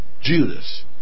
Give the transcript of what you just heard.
Judas